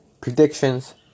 predictions